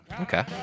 okay